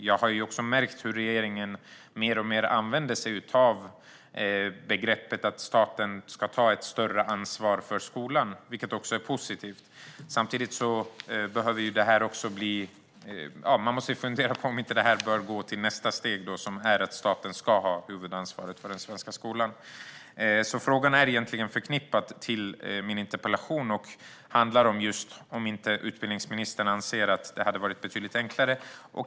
Jag har också märkt att regeringen mer och mer använder sig av begreppet att staten ska ta ett större ansvar för skolan, vilket är positivt. Samtidigt måste man fundera på om inte det här bör tas till nästa steg, som är att staten ska ha huvudansvaret för den svenska skolan. Frågan är alltså förknippad med min interpellation och handlar om just det. Anser inte utbildningsministern att det hade varit betydligt enklare?